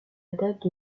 date